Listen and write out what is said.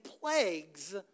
plagues